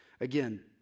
Again